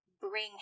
bring